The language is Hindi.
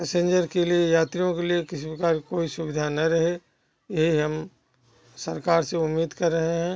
पैसेंजर के लिए यात्रियों के लिए किसी प्रकार की कोई असुविधा न रहे यही हम सरकार से उम्मीद कर रहें हैं